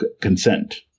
consent